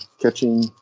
catching